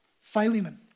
Philemon